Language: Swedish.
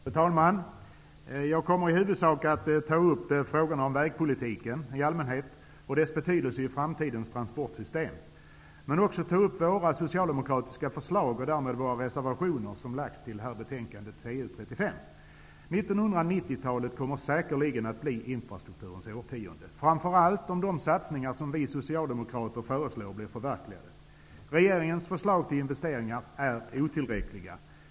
Fru talman! Jag kommer i huvudsak att ta upp frågan om vägpolitiken i allmänhet och dess betydelse i framtidens transportsystem. Men jag kommer också att ta upp våra socialdemokratiska förslag och därmed våra reservationer som lagts till betänkandet TU35. 1990-talet kommer säkerligen att bli infrastrukturens årtionde, framför allt om de satsningar som vi socialdemokrater föreslår blir förverkligade. Regeringens förslag till investeringar är otillräckliga.